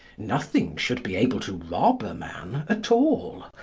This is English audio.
nothing should be able to rob a man at all.